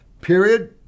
period